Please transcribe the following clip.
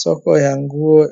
Soko ya nguo